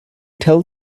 tell